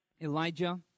Elijah